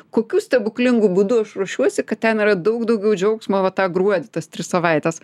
kokiu stebuklingu būdu aš ruošiuosi kad ten yra daug daugiau džiaugsmo va tą gruodį tas tris savaites